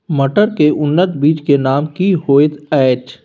मटर के उन्नत बीज के नाम की होयत ऐछ?